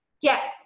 Yes